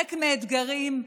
ריק מאתגרים,